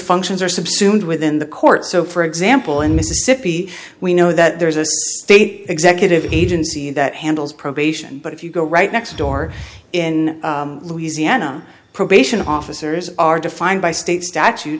functions are subsumed within the court so for example in mississippi we know that there's a state executive agency that handles probation but if you go right next door in louisiana probation officers are defined by state statu